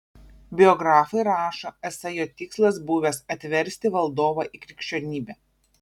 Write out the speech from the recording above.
biografai rašo esą jo tikslas buvęs atversti valdovą į krikščionybę